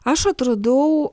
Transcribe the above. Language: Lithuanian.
aš atradau